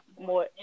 more